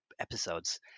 episodes